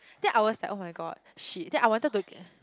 then I was like [oh]-my-god shit then I wanted to